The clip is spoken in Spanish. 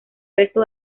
resto